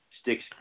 sticks